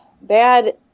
bad